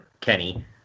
Kenny